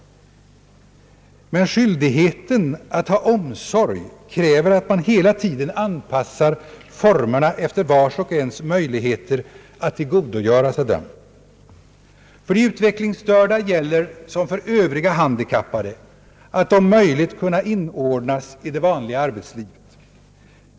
Men skyldigheten att ha omsorg kräver att man hela tiden anpassar förmerna efter vars och ens möjligheter att tillgodogöra sig dem. För de ut vecklingsstörda gäller som för övriga handikappade att om möjligt kunna inordnas i det vanliga arbetslivet.